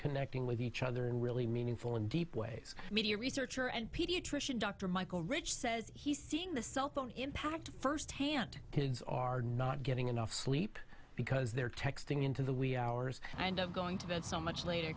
connecting with each other and really meaningful and deep ways media researcher and pediatrician dr michael rich says he's seeing the cellphone impact firsthand kids are not getting enough sleep because they're texting into the wee hours and of going to bed so much later